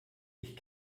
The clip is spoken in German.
ich